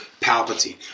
Palpatine